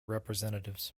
representatives